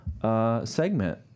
segment